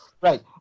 Right